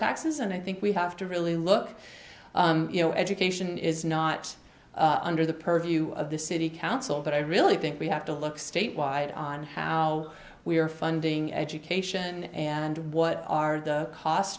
taxes and i think we have to really look you know education is not under the purview of the city council but i really think we have to look statewide on how we are funding education and what are the cost